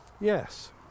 Yes